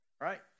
right